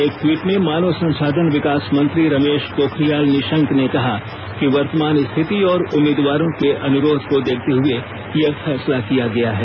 एक टवीट में मानव संसाधन विकास मंत्री रमेश पोखरियाल निशंक ने कहा कि वर्तमान स्थिति और उम्मीदवारों के अनुरोध को देखते हुए यह फैसला किया गया है